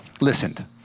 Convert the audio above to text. listened